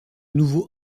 nouveau